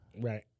Right